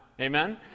amen